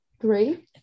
three